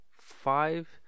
five